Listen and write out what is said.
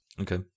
Okay